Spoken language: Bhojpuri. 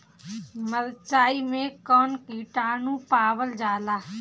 मारचाई मे कौन किटानु पावल जाला?